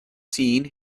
seen